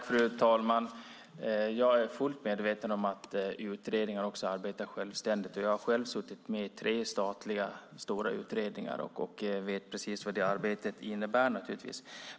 Fru talman! Jag är fullt medveten om att utredningar arbetar självständigt. Jag har själv suttit med i tre stora statliga utredningar och vet precis vad det arbetet innebär.